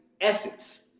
essence